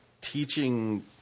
teaching